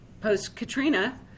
post-Katrina